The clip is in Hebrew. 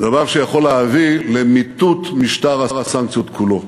דבר שיכול להביא למיטוט משטר הסנקציות כולו.